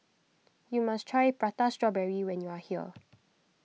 you must try Prata Strawberry when you are here